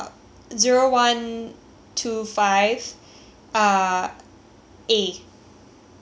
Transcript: uh A